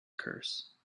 curse